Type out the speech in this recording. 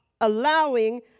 allowing